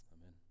Amen